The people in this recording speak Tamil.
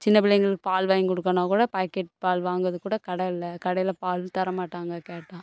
சின்ன பிள்ளைங்களுக்கு பால் வாங்கி கொடுக்கன்னாக்கூட பாக்கெட் பால் வாங்கிறதுக்குக்கூட கடை இல்லை கடையில் பால் தரமாட்டாங்க கேட்டால்